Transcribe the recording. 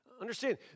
Understand